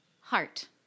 Heart